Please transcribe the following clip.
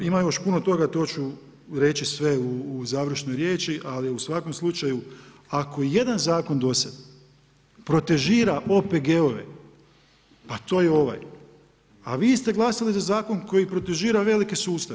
Ima još puno toga, to ću reći sve u završnoj riječi ali u svakom slučaju, ako jedan zakon do sada protežira OPG-ove, pa to je ovaj, a vi ste glasali za zakon koji protežira velike sustave.